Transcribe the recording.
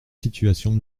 situation